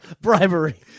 Bribery